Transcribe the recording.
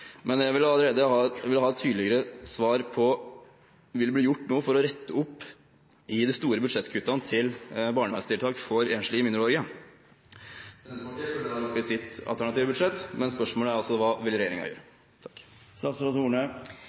men jeg vil ha et tydeligere svar: Vil det bli gjort noe for å rette opp i de store budsjettkuttene i barnevernstiltak for enslige mindreårige? Senterpartiet følger der opp i sitt alternative budsjett, men spørsmålet er altså: Hva vil regjeringen gjøre?